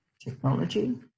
technology